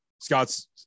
Scott's